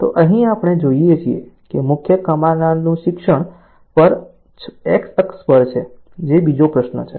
તો અહીં આપણે જોઈએ છીએ કે મુખ્ય કમાનાર નું શિક્ષણ પર x અક્ષ પર છે જે બીજો પ્રશ્ન છે